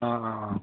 ꯑ ꯑ ꯑ